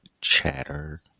Chatter